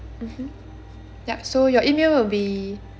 mmhmm yup so your email will be